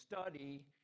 study